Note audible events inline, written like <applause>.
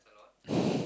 <breath>